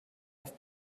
auf